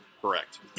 Correct